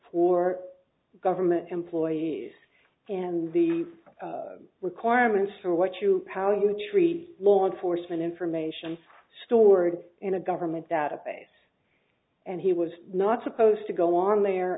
for government employees and the requirements for what you how you treat law enforcement information stored in a government database and he was not supposed to go on there